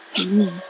mm